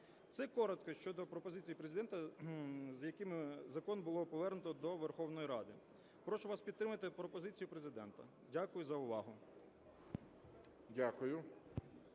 Це коротко щодо пропозицій Президента, з якими закон було повернуто до Верховної Ради. Прошу вас підтримати пропозиції Президента. Дякую за увагу.